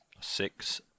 Six